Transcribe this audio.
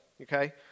okay